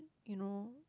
you know